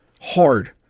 hard